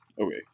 Okay